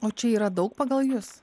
o čia yra daug pagal jus